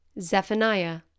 Zephaniah